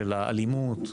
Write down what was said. האלימות.